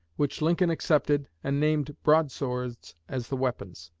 which lincoln accepted and named broadswords as the weapons.